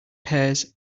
pears